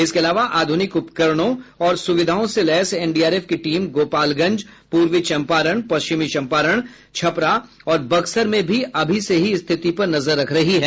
इसके अलावा आधुनिक उपकरणों और सुविधाओं से लैस एनडीआरएफ की टीम गोपालगंज पूर्वी चंपारण पश्चिम चंपारण छपरा और बक्सर में भी अभी से ही स्थिति पर नजर रख रही है